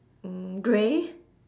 mm grey